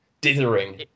dithering